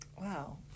Wow